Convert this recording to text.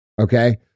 okay